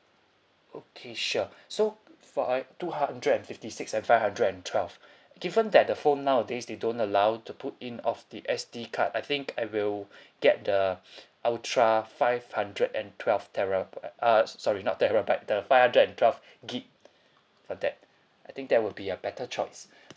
okay sure so for like two hundred and fifty six and five hundred and twelve given that the phone nowadays they don't allow to put in of the S_D card I think I will get the ultra five hundred and twelve tera uh s~ sorry not tera but the five hundred and twelve gig uh that I think that will be a better choice